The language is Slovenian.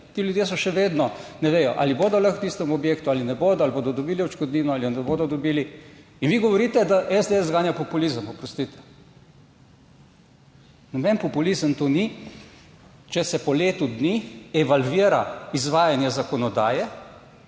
ti ljudje so še vedno, ne vedo ali bodo lahko v tistem objektu ali ne bodo ali bodo dobili odškodnino ali ne bodo dobili. In vi govorite, da SDS zganja populizem. Oprostite, noben populizem to ni, če se po letu dni evalvira izvajanje zakonodaje